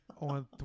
on